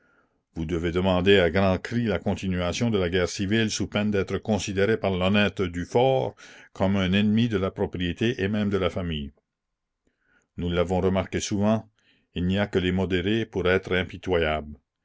vous devez demander à grands cris la continuation de la guerre civile sous peine d'être considéré par l'honnête dufaure comme un ennemi de la propriété et même de la famille nous l'avons remarqué souvent il n'y a que les modérés pour être impitoyables